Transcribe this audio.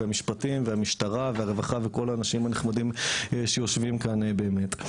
והמשפטים והמשטרה והרווחה וכל האנשים הנחמדים שיושבים כאן באמת,